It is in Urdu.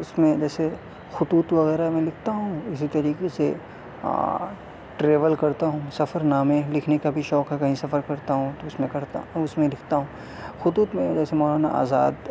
اس میں جیسے خطوط وغیرہ میں لکھتا ہوں اسی طریقے سے ٹریول کرتا ہوں سفر نامہ لکھنے کا بھی شوق ہے کہیں سفر کرتا ہوں تو اس میں کرتا اس میں لکھتا ہوں خطوط میں جیسے مولانا آزاد